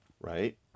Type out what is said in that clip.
right